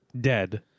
dead